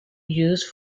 used